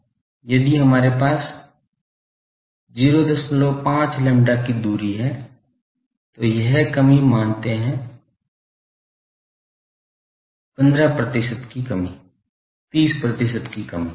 यदि हमारे पास 05 lambda की दूरी है तो यह कमी मानते है 15 प्रतिशत की कमी 30 प्रतिशत की कमी